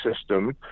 system